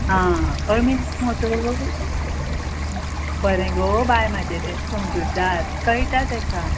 आं अळमी नाका मुगो तर बरें गो बाय म्हजें तें समजुत्दार कळटा तेका